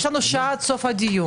יש שעה עד סוף הדיון.